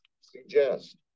Suggest